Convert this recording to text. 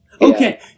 Okay